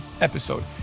episode